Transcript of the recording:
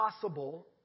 possible